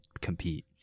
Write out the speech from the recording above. compete